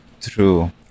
True